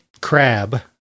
crab